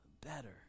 better